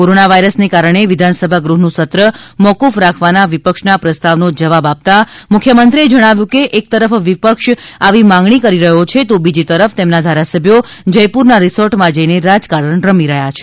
corona વાયરસને કારણે વિધાનસભા ગૃહનું સત્ર મુકુફ રાખવાના વિપક્ષના પ્રસ્તાવનો જવાબ આપતા મુખ્ય મંત્રીએ જણાવ્યુ હતું કે એક તરફ વિપક્ષ આવી માગણી કરી રહ્યો છે તો બીજી તરફ તેમના ધારાસભ્યો જયપુરના રિસોર્ટમાં જઈને રાજકારણ રમી રહ્યા છે